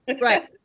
Right